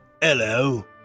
Hello